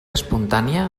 espontània